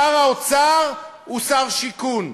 שר האוצר הוא שר שיכון,